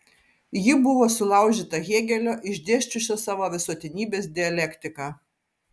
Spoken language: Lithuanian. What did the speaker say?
ji buvo sulaužyta hėgelio išdėsčiusio savo visuotinybės dialektiką